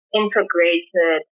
integrated